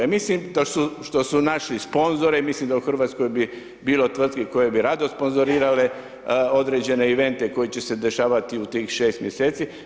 I mislim da, što su našli sponzore, i mislim da u Hrvatskoj bi bilo tvrtki koje bi rado sponzorirale određene evente koji će se dešavati u tih 6 mjeseci.